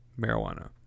marijuana